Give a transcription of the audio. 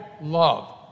love